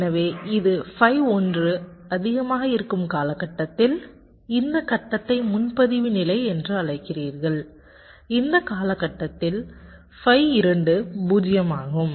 எனவே இது phi 1 அதிகமாக இருக்கும் காலகட்டத்தில் இந்த கட்டத்தை முன்பதிவு நிலை என்று அழைக்கிறீர்கள் இந்த காலகட்டத்தில் phi 2 0 ஆகும்